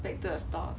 back to the stores